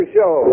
Show